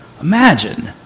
Imagine